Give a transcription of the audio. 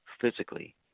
physically